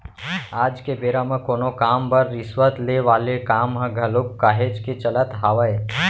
आज के बेरा म कोनो काम बर रिस्वत ले वाले काम ह घलोक काहेच के चलत हावय